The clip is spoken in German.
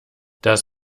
das